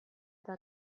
eta